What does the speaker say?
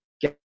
get